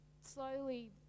slowly